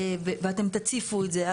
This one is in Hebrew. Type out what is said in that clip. ואתם תציפו את זה,